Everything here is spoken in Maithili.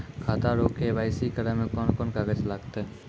खाता रो के.वाइ.सी करै मे कोन कोन कागज लागतै?